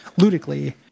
ludically